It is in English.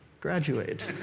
graduate